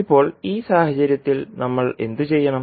ഇപ്പോൾ ഈ സാഹചര്യത്തിൽ നമ്മൾ എന്തുചെയ്യണം